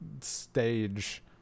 stage